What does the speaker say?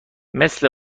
مثل